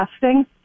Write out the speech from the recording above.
testing